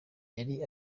yari